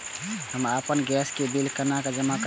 हम आपन गैस के बिल केना जमा करबे?